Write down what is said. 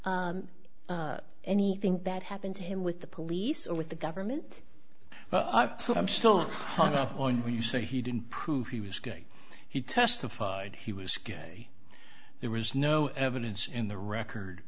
no anything bad happen to him with the police or with the government so i'm still hung up on what you say he didn't prove he was gay he testified he was gay there was no evidence in the record